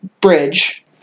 bridge